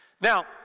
Now